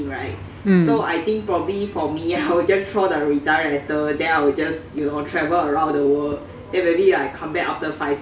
mm